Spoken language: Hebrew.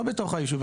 לא בתוך היישוב,